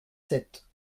sept